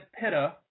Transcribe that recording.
Pitta